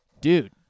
Dude